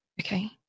okay